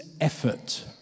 effort